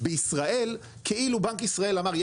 בישראל כאילו בנק ישראל אמר,